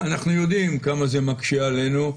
אנחנו יודעים כמה זה מקשה עלינו.